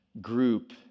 group